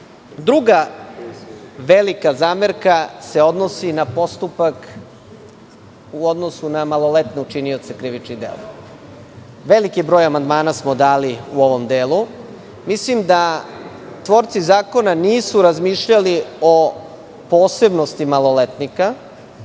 može. Druga velika zamerka se odnosi na postupak u odnosu na maloletne učinioce krivičnih dela. Veliki broj amandmana smo dali u ovom delu. Mislim da tvorci zakona nisu razmišljali o posebnosti maloletnika,